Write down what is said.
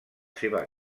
seva